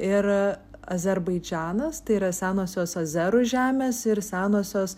ir azerbaidžanas tai yra senosios azerų žemės ir senosios